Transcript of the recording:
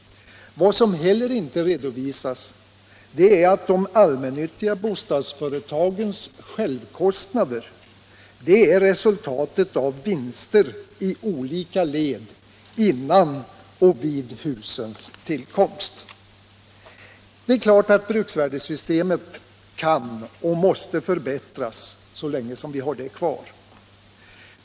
Vad som heller inte redovisas är att de allmännyttiga bostadsföretagens självkostnader är resultatet av vinster i olika led innan och vid husens tillkomst. Det är klart att bruksvärdesystemet kan och måste förbättras, så länge som vi har det kvar.